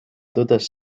tõdes